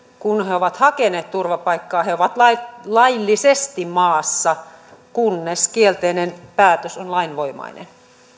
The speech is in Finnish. kun he he ovat hakeneet turvapaikkaa he ovat laillisesti maassa kunnes kielteinen päätös on lainvoimainen